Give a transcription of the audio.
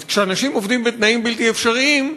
אז כשאנשים עובדים בתנאים בלתי אפשריים,